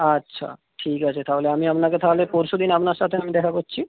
আচ্ছা ঠিক আছে তাহলে আমি আপনাকে তাহলে পরশু দিন আপনার সাথে আমি দেখা করছি